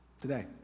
Today